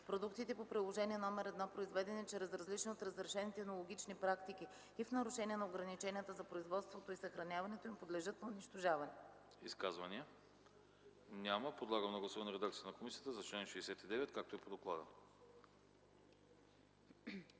Продуктите по Приложение № 1, произведени чрез различни от разрешените енологични практики и в нарушение на ограниченията за производството и съхраняването им, подлежат на унищожаване.” ПРЕДСЕДАТЕЛ АНАСТАС АНАСТАСОВ: Изказвания? Няма. Подлагам на гласуване редакцията на комисията за чл. 69, както е по доклада.